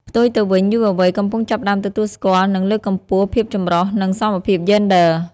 ផ្ទុយទៅវិញ យុវវ័យកំពុងចាប់ផ្ដើមទទួលស្គាល់ និងលើកកម្ពស់ ភាពចម្រុះ និង សមភាព យេនឌ័រ។